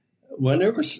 whenever